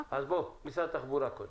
משרד התחבורה קודם.